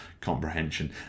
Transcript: comprehension